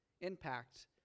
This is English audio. impact